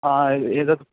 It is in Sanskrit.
एतत्